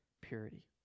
purity